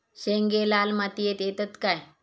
शेंगे लाल मातीयेत येतत काय?